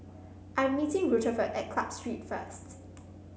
I'm meeting Rutherford at Club Street first